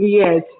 yes